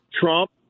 Trump